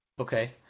Okay